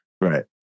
Right